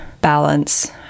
balance